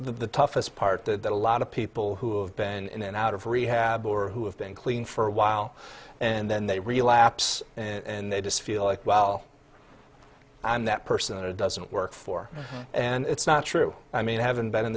the toughest part that a lot of people who have been in and out of rehab or who have been clean for a while and then they relapse and they just feel like well i'm that person and it doesn't work for and it's not true i mean i haven't been in